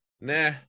nah